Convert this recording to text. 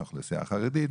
מהאוכלוסייה הערבית,